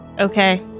Okay